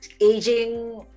aging